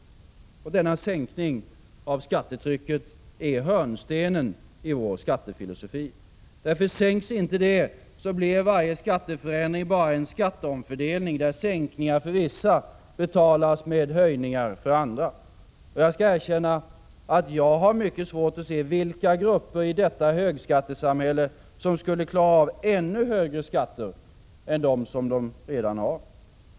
Sänkningen av det totala skattetrycket är hörnstenen i vår skattefilosofi. Sänks inte det, blir varje skatteförändring bara en skatteomfördelning, där sänkningar för vissa betalas med höjningar för andra. Och jag skall erkänna att jag har mycket svårt att se vilka grupper i detta högskattesamhälle som skulle klara av ännu högre skatter än dem som de redan har.